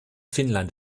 finnland